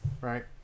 right